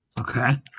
Okay